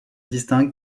distingue